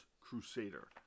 crusader